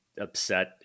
upset